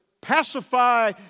pacify